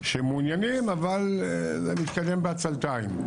שהם מעוניינים, אבל זה מתקדם בעצלתיים.